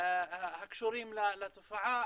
הקשורים לתופעה,